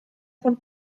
vom